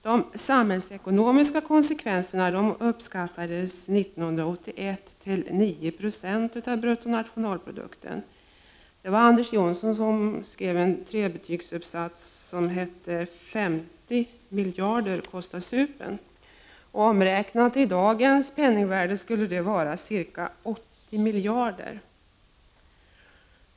De samhällsekonomiska konsekvenserna uppskattades 1981 till 996 av bruttonationalprodukten. Detta skrevs av Anders Johnsson i en trebetygs uppsats med titeln ”50 miljarder kostar supen”. Omräknat i dagens penningvärde skulle det vara ca 80 miljarder.